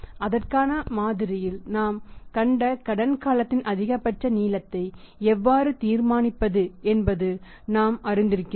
அதற்கான மாதிரியில் நாம் கண்ட கடன் காலத்தின் அதிகபட்ச நீளத்தை எவ்வாறு தீர்மானிப்பது என்பதை நாம் அறிந்திருக்கிறோம்